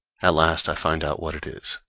at last i find out what it is.